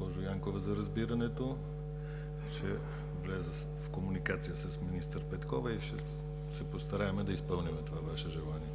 Благодаря Ви, госпожо Янкова, за разбирането. Ще вляза в комуникация с министър Петкова и ще се постараем да изпълним това Ваше желание.